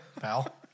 Pal